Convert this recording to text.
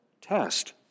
test